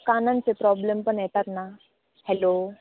कानांचे problem पण येतात ना हॅलो